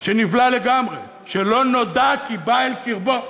שנבלע לגמרי, שלא נודע כי בא אל קרבו.